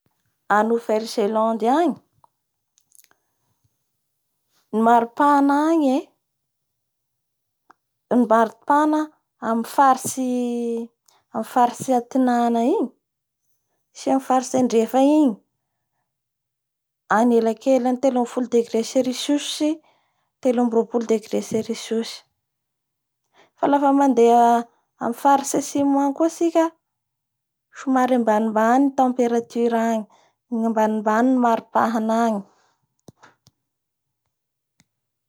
A Nouvelle-zelande agny ny maripahana agny ee -maripana amin'ny faritsy a tinanana igny sy amin'ny faritsy andrefa igny anelakelan'ny telo ambin'ny folo degré cericus sy telo ambin'ny roapolo degré cericus fa lafa mandeha amin'ny faritry antsimo agny koa tsika somary ambanimabany ny temperature agny ambimbany ny maripahana any.